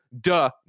duh